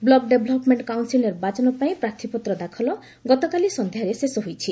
block development council ନିର୍ବାଚନ ପାଇଁ ପ୍ରାର୍ଥୀପତ୍ର ଦାଖଲ ଗତକାଲି ସନ୍ଧ୍ୟାରେ ଶେଷ ହୋଇଛି